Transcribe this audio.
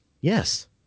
Yes